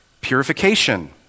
purification